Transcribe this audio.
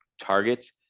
targets